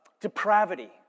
depravity